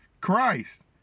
Christ